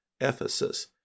Ephesus